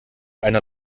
einer